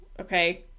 Okay